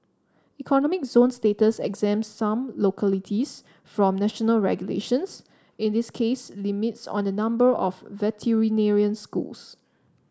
economic zone status exempts some localities from national regulations in this case limits on the number of veterinary schools